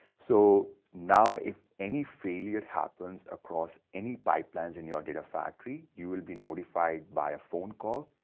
so, now, if any failure happens across any pipelines in your data factory, you will be notified by a phone call.